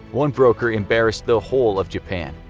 one broker embarrassed the whole of japan.